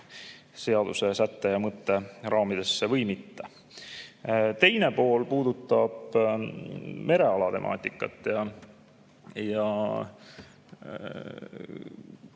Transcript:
seaduse sätte ja mõtte raamidesse või mitte. Teine pool puudutab mereala temaatikat.